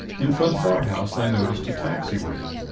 in front of our house i noticed a taxi waiting.